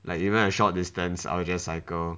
like even a short distance I'll just cycle